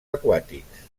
aquàtics